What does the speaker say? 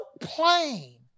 plain